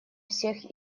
всех